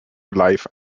life